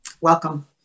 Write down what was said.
welcome